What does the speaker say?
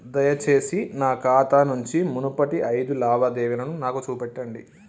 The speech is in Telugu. దయచేసి నా ఖాతా నుంచి మునుపటి ఐదు లావాదేవీలను నాకు చూపెట్టండి